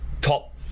top